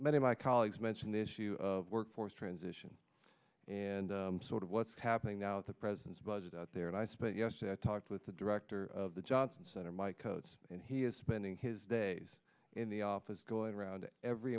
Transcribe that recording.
many of my colleagues mention the issue of workforce transition and sort of what's happening now the president's budget out there and i spent yesterday i talked with the director of the johnson center mike coats and he is spending his days in the office going around every